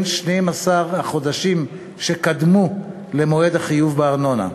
12 החודשים שקדמו למועד החיוב בארנונה,